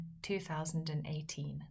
2018